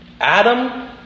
Adam